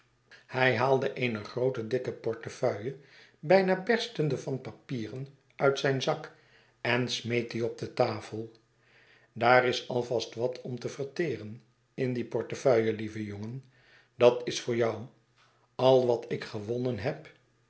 hij haalde eene groote dikke portefeuille bijna berstende van papieren uit zijn zak en smeet die op de tafel daar is al vast wat om te verteren in die portefeuille lieve jongen dat is voor jou al wat ik gewonnen heb